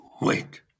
Wait